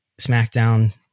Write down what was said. smackdown